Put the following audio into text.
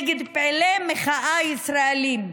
נגד פעילי מחאה ישראלים.